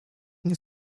mnie